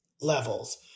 levels